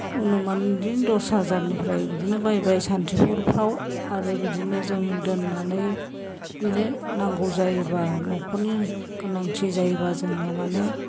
अनुमान बिदिनो दस हाजारनिफ्राय बिदिनो बायबाय सान्तिफुरफ्राव आरो बिदिनो जों दोननानै बिदिनो नांगौ जायोबा न'खरनि गोनांथि जायोबा जों माने